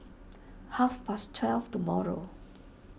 half past twelve tomorrow